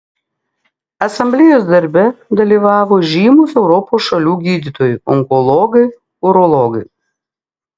asamblėjos darbe dalyvavo žymūs europos šalių gydytojai onkologai urologai